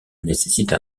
nécessitent